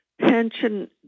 pension